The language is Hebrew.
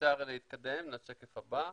שיעור הזכאים לתעודת בגרות.